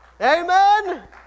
Amen